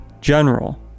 General